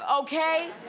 okay